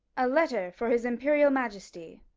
a letter for his imperial majesty.